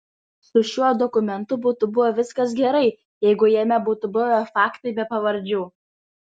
su šiuo dokumentu būtų buvę viskas gerai jeigu jame būtų buvę faktai be pavardžių